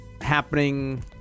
happening